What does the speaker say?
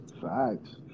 Facts